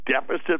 deficit